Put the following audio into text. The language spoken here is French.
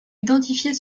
identifier